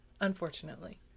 unfortunately